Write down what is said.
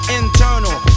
internal